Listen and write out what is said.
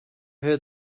her